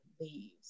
leaves